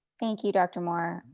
thank you, dr. moore.